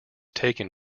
taken